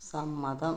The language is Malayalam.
സമ്മതം